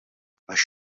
għax